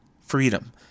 Freedom